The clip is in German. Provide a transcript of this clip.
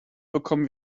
bekommen